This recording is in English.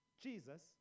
Jesus